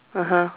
(uh huh)